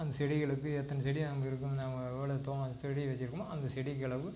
அந்தச் செடிகளுக்கு எத்தனை செடி அங்கே இருக்குதுன்னு நம்ம எவ்வளவு தோ அந்தச் செடி வச்சிருக்கோமோ அந்தச் செடிக்கு அளவு